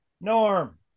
norm